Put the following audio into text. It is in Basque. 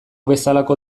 bezalako